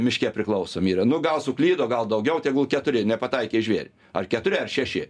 miške priklausomi yra nu gal suklydo gal daugiau tegul keturi nepataikė į žvėrį ar keturi ar šeši